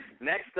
Next